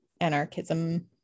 anarchism